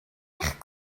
eich